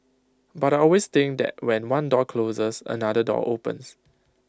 but I always think that when one door closes another door opens